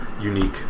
unique